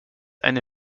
eine